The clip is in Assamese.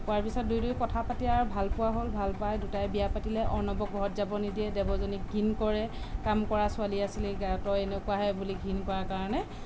পোৱাৰ পিছত দুয়ো দুয়ো কথা পাতি আৰু ভাল পোৱা হ'ল ভাল পাই দুয়োটাই বিয়া পাতিলে অৰ্ণৱক ঘৰত যাব নিদিয়ে দেৱযানীক ঘিণ কৰে কাম কৰা ছোৱালী আছিলি তই এনেকুৱাহে বুলি ঘিণ কৰাৰ কাৰণে